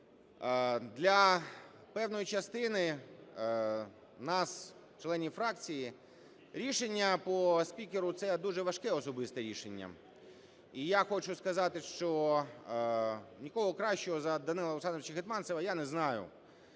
Для певної частини нас, членів фракції, рішення по спікеру – це дуже важке особисте рішення. І я хочу сказати, що нікого кращого за Данила Олександровича Гетманцева я не знаю,